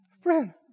Friend